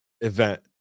event